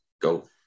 go